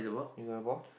you got the ball